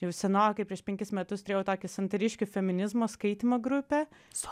jau senokai prieš penkis metus turėjau tokį santariškių feminizmo skaitymo grupę su